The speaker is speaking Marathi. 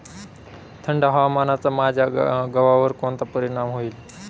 थंड हवामानाचा माझ्या गव्हावर कोणता परिणाम होईल?